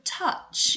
touch